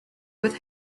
with